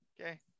Okay